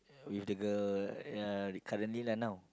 with the girl ya the currently lah now